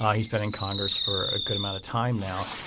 he's been in congress for a good amount of time now.